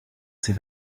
ses